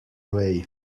way